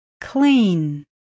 clean